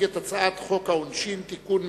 את הצעת חוק העונשין (תיקון מס'